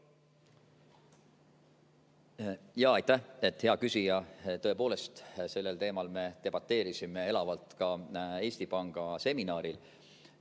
Aitäh, hea küsija! Tõepoolest, sellel teemal me debateerisime elavalt ka Eesti Panga seminaril.